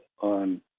on